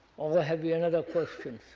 or have you another question?